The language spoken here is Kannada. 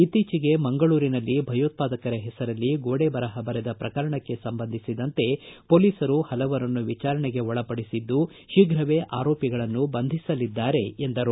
ಇತ್ತೀಚೆಗೆ ಮಂಗಳೂರಿನಲ್ಲಿ ಭಯೋತ್ಪಾದಕರ ಹೆಸರಲ್ಲಿ ಗೋಡೆ ಬರಹ ಬರೆದ ಪ್ರಕರಣಕ್ಕೆ ಸಂಬಂಧ ಪೊಲೀಸರು ಪಲವರನ್ನು ವಿಚಾರಣೆಗೆ ಒಳಪಡಿಸಿದ್ದು ಶೀಘ್ರವೇ ಆರೋಪಿಗಳನ್ನು ಬಂಧಿಸಲಿದ್ದಾರೆ ಎಂದರು